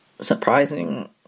surprising